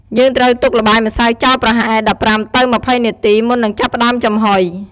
យើងត្រូវទុកល្បាយម្សៅចោលប្រហែល ១៥-២០ នាទី មុននឹងចាប់ផ្តើមចំហុយ។